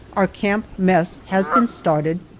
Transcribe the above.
our camp mess has been started,